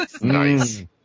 Nice